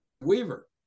Weaver